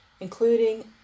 including